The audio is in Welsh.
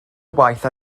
waith